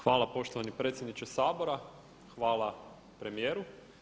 Hvala poštovani predsjedniče Sabora, hvala premijeru.